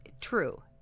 true